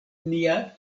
nia